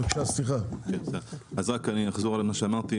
בנושא של פער שקיים